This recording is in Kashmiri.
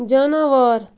جاناوار